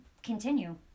Continue